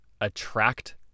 attract